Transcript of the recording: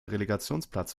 relegationsplatz